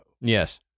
Yes